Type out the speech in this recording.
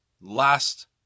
last